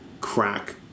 crack